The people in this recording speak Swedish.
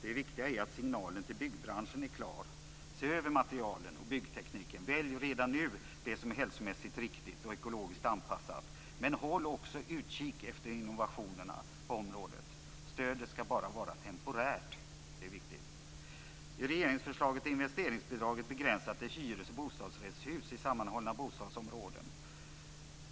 Det viktiga är att signalen till byggbranschen är klar; se över materialen och byggtekniken, välj redan nu det som är hälsomässigt riktigt och ekologiskt anpassat, men håll också utkik efter innovationerna på området. Stödet skall bara vara temporärt. Det är viktigt. I regeringsförslaget är investeringsbidraget begränsat till hyres och bostadsrättshus i sammanhållna bostadsområden.